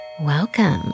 welcome